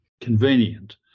convenient